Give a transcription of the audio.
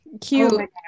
cute